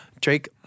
Drake